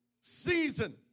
season